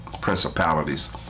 principalities